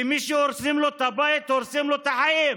כי מי שהורסים לו את הבית, הורסים לו את החיים.